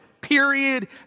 period